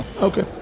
Okay